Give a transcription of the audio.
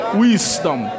wisdom